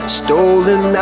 stolen